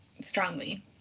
strongly